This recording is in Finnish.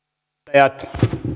arvoisat edustajat